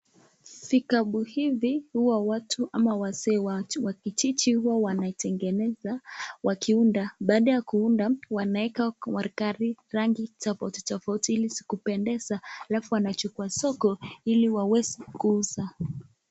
Vikabu hivi, huwa watu, ama wazee wa kijiji huwa wanatengeneza, waki unda, baada ya ku unda, wanaweka kwa kari rangi tofauti tofauti ili zikupendeza, alafu wana chukua soko, ili waweze kuuza.